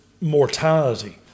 mortality